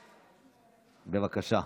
בבקשה.